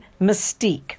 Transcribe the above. Mystique